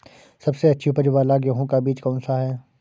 सबसे अच्छी उपज वाला गेहूँ का बीज कौन सा है?